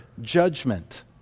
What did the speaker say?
judgment